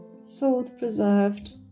salt-preserved